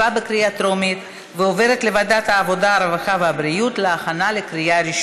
לוועדת העבודה, הרווחה והבריאות נתקבלה.